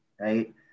right